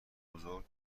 بزرگ